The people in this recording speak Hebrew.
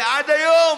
ועד היום